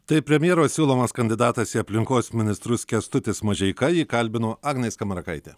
tai premjero siūlomas kandidatas į aplinkos ministrus kęstutis mažeika jį kalbino agnė skamarakaitė